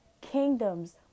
kingdoms